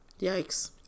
Yikes